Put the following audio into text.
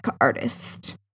artist